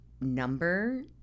number